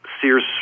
Sears